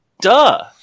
Duh